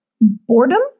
Boredom